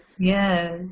yes